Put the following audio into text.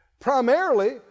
Primarily